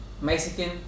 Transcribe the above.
Mexican